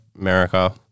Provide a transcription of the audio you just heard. America